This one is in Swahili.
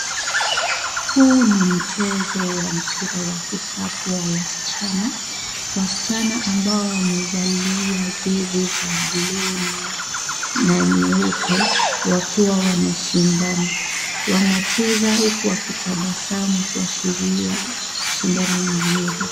Huu ni mchezo wa mpira wa kikapu wa wasichana, wasichana ambao wamevalia jezi za blue na nyeupe wakiwa wanashindana. Wanacheza huku wakitabasamu kuashiria shindano mzuri.